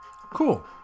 Cool